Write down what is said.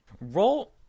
Roll